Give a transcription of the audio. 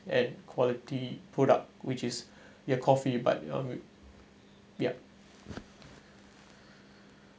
and quality product which is your coffee but yup